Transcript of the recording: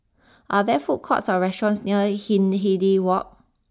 are there food courts or restaurants near Hindhede walk